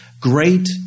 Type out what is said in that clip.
Great